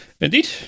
Indeed